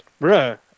Bruh